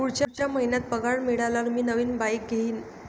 पुढच्या महिन्यात पगार मिळाल्यावर मी नवीन बाईक घेईन